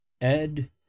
Ed